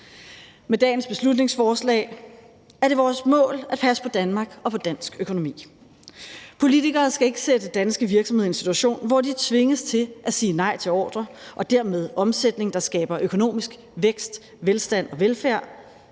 Med dagens beslutningsforslag er det vores mål at passe på Danmark og på dansk økonomi. Politikere skal ikke sætte danske virksomheder i en situation, hvor de tvinges til at sige nej til ordrer og dermed omsætning, der skaber økonomisk vækst, velstand og velfærd,